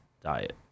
diet